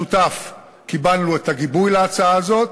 אני שמח שבמשותף קיבלנו את הגיבוי להצעה הזאת